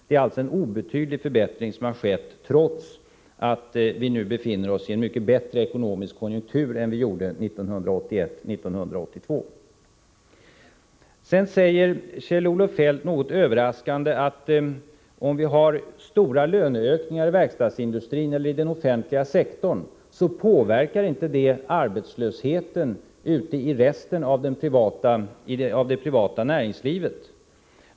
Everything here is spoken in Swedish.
Det är alltså en obetydlig förbättring som har skett, trots att vi nu befinner oss i en mycket bättre ekonomisk konjunktur än vi gjorde 1981/82. Något överraskande säger Kjell-Olof Feldt att stora löneökningar i verkstadsindustrin eller i den offentliga sektorn inte påverkar arbetslösheten ute i resten av det privata näringslivet.